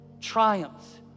triumphs